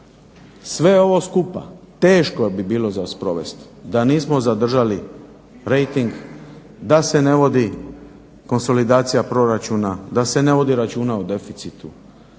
Sve ovo skupa teško bi bilo za sprovesti da nismo zadržali rejting, da se ne vodi konsolidacija proračuna, da se ne vodi računa o deficitu.